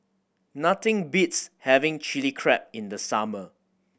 nothing beats having Chili Crab in the summer